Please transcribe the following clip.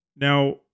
Now